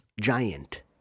Giant